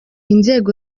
inzego